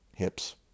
hips